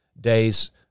days